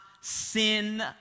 sin